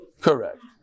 correct